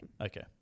Okay